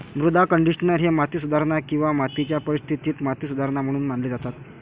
मृदा कंडिशनर हे माती सुधारणा किंवा मातीच्या परिस्थितीत माती सुधारणा म्हणून मानले जातात